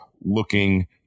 looking